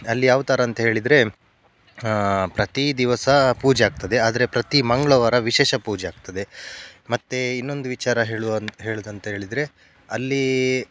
ಅಲ್ಲಿ ಯಾವ ಥರ ಅಂಥೇಳಿದ್ರೆ ಪ್ರತಿ ದಿವಸ ಪೂಜೆ ಆಗ್ತದೆ ಆದರೆ ಪ್ರತಿ ಮಂಗಳವಾರ ವಿಶೇಷ ಪೂಜೆ ಆಗ್ತದೆ ಮತ್ತು ಇನ್ನೊಂದು ವಿಚಾರ ಹೇಳುವನು ಹೇಳೋದಂಥೇಳಿದ್ರೆ ಅಲ್ಲಿ